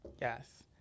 Yes